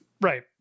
Right